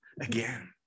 again